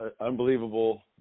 unbelievable